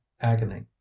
agony